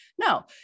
No